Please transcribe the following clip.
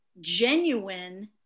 genuine